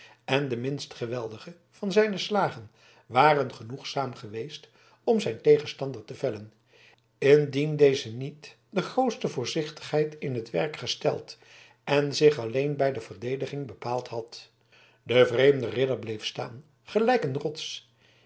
en de minst geweldige van zijne slagen ware genoegzaam geweest om zijn tegenstander te vellen indien deze niet de grootste voorzichtigheid in het werk gesteld en zich alleen bij de verdediging bepaald had de vreemde ridder bleef staan gelijk een rots